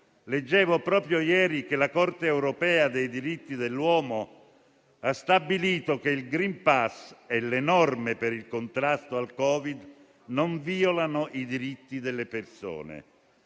Leggevo proprio ieri che la Corte europea dei diritti dell'uomo ha stabilito che il *green pass* e le norme per il contrasto al Covid-19 non violano i diritti delle persone.